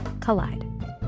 collide